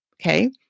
Okay